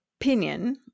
opinion